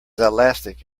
elastic